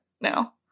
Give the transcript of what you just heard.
now